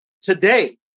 today